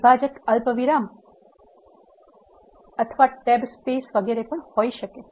વિભાજક અલ્પવિરામ અથવા ટેબ વગેરે પણ હોઈ શકે છે